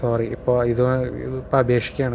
sorry ഇപ്പോൾ ഇപ്പം അപേക്ഷിക്കുകയാണ്